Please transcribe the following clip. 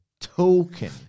token